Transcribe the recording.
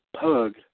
pug